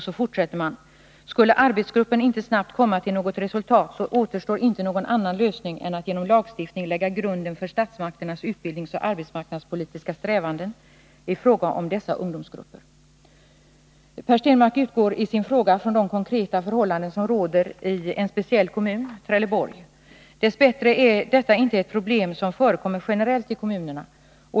Så fortsätter man: ”Skulle arbetsgruppen inte snabbt komma till något resultat, så återstår inte någon annan lösning än att genom lagstiftning lägga grunden för statsmakternas utbildningsoch arbetsmarknadspolitiska strävanden i fråga om dessa ungdomsgrupper.” Per Stenmarck utgår i sin fråga från de konkreta förhållanden som råder i en speciell kommun, Trelleborg. Dess bättre är detta inte ett problem som förekommer generellt i kommunerna.